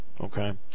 okay